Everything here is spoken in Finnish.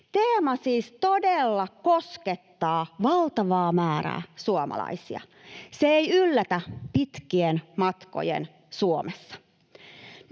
Teema siis todella koskettaa valtavaa määrää suomalaisia. Se ei yllätä pitkien matkojen Suomessa.